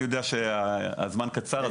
אני יודע שהזמן קצר,